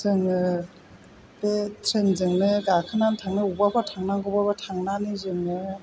जोङो बे ट्रेनजोंनो गाखोनानै थांनो अबावबा थांनांगौबाबो थांनानै जोङो